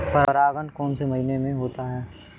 परागण कौन से महीने में होता है?